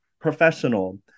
professional